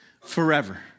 forever